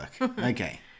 Okay